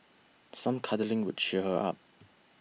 some cuddling could cheer her up